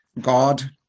God